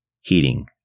heating